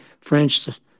French